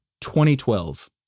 2012